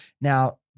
Now